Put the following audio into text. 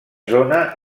zona